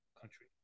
country